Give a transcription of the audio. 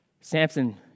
Samson